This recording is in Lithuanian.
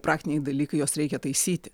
praktiniai dalykai juos reikia taisyti